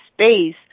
space